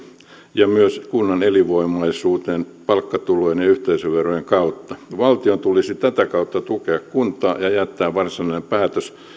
ja myös kunnan elinomaisuuteen palkkatulojen ja yhteisöverojen kautta valtion tulisi tätä kautta tukea kuntaa ja jättää varsinainen päätös